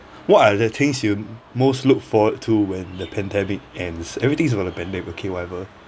what are the things you most look forward to when the pandemic ends everything is about the pandemic okay whatever